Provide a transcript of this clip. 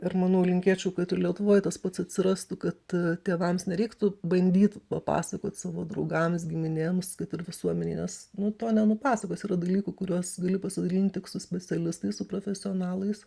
ir manau linkėčiau kad ir lietuvoj tas pats atsirastų kad tėvams nereiktų bandyt papasakot savo draugams giminėms kad ir visuomenei nes nu to nenupasakosi yra dalykų kuriuos gali pasidalint tik su specialistais su profesionalais